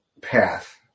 path